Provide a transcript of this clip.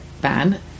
ban